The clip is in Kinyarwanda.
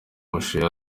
mashusho